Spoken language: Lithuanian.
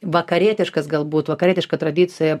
vakarietiškas galbūt vakarietiška tradicija